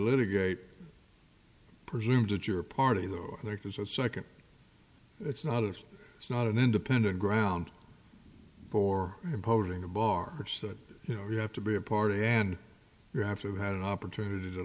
litigate presumes that your party though there is a second it's not us it's not an independent ground for imposing a bar or so that you know you have to be a party and you have to have had an opportunity to